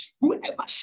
whoever